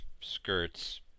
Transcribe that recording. skirts